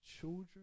children